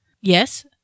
Yes